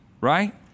right